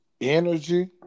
energy